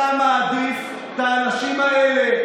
אתה מעדיף את האנשים האלה,